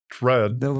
red